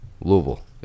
Louisville